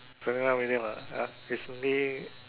familiar with it lah ya recently